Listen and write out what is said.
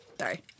sorry